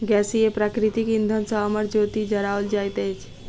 गैसीय प्राकृतिक इंधन सॅ अमर ज्योति जराओल जाइत अछि